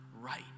right